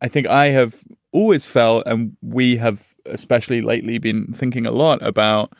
i think i have always felt and we have especially lately been thinking a lot about.